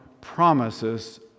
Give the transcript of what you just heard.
promises